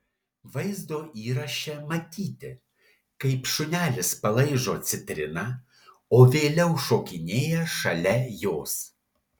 vaizdo įraše matyti kaip šunelis palaižo citriną o vėliau šokinėja šalia jos